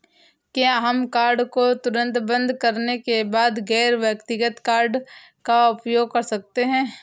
क्या हम कार्ड को तुरंत बंद करने के बाद गैर व्यक्तिगत कार्ड का उपयोग कर सकते हैं?